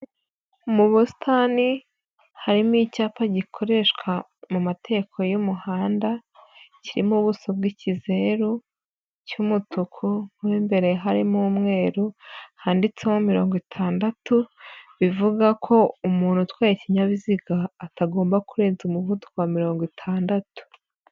Mu busitani harimo icyapa gikoreshwa mu mategeko y'umuhanda. Kirimo ubuso bw'ikizeru cy'umutuku mo imbere harimo umweru handitseho mirongo itandatu. Bivuga ko umuntu utwaye ikinyabiziga atagomba kurenza umuvuduko wa mirongo itandatu.